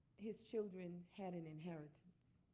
his children had an inheritance.